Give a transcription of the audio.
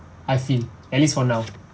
I feel at least for now